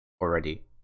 already